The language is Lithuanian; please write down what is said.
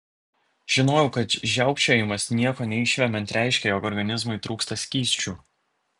žinojau kad žiaukčiojimas nieko neišvemiant reiškia jog organizmui trūksta skysčių